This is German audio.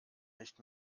nicht